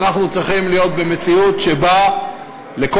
אנחנו צריכים להיות במציאות שבה לכל